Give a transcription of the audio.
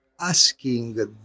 asking